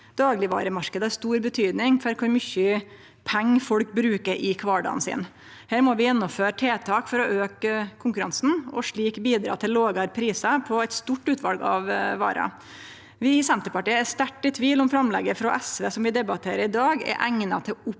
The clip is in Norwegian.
daglegvaremarknaden har stor betydning for kor mykje pengar folk bruker i kvardagen sin. Her må vi gjennomføre tiltak for å auke konkurransen og slik bidra til lågare prisar på eit stort utval av varer. Vi i Senterpartiet er sterkt i tvil om framlegget frå SV som vi debatterer i dag, er eigna til å oppnå